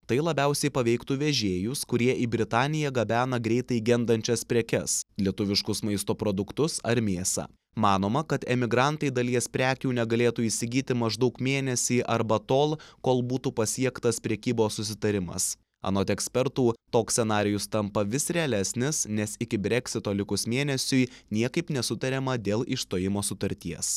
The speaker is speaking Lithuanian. tai labiausiai paveiktų vežėjus kurie į britaniją gabena greitai gendančias prekes lietuviškus maisto produktus ar mėsą manoma kad emigrantai dalies prekių negalėtų įsigyti maždaug mėnesį arba tol kol būtų pasiektas prekybos susitarimas anot ekspertų toks scenarijus tampa vis realesnis nes iki breksito likus mėnesiui niekaip nesutariama dėl išstojimo sutarties